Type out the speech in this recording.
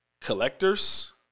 collectors